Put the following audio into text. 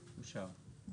הצבעה אושר פה אחד.